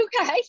Okay